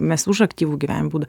mes už aktyvų gyvenimo būdą